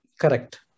Correct